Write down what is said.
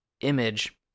image